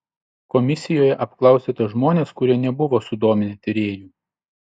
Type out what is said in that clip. komisijoje apklausėte žmones kurie nebuvo sudominę tyrėjų